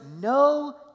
no